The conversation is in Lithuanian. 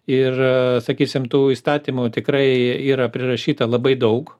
ir sakysim tų įstatymų tikrai yra prirašyta labai daug